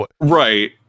Right